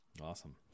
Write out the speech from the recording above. awesome